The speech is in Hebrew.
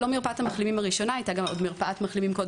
היא לא מרפאת המחלימים הראשונה,